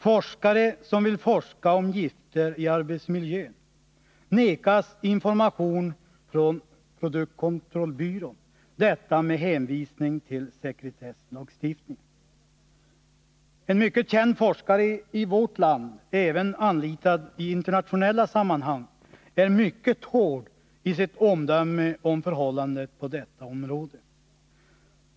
Forskare som vill forska om gifter i arbetsmiljön förvägras information från produktkontrollbyrån, detta med hänvisning till sekretesslagstiftningen. En mycket känd forskare i vårt land, även anlitad i internationella sammanhang, är mycket hård i sitt omdöme om förhållandena på detta område.